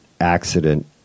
accident